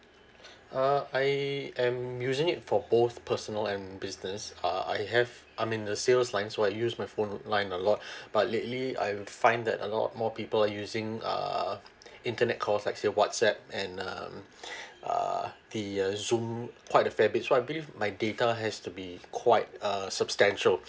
uh I am using it for both personal and business uh I have I'm in the sales line so I use my phone line a lot but lately I find that a lot more people using uh internet call let's say whatsapp and um err the uh zoom quite a fair bit so I believe my data has to be quite uh substantial